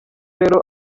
rero